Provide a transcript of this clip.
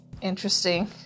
Interesting